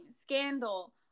Scandal